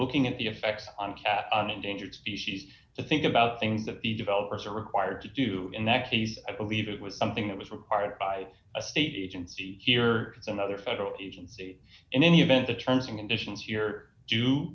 looking at the effect on cat on endangered species to think about things that the developers are required to do in that case i believe it was something that was required by a state agency here or another federal agency in any event the terms and conditions here do